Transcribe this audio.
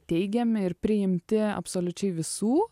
teigiami ir priimti absoliučiai visų